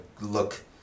look